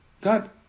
God